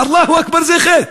"אללהו אכבר" זה חטא.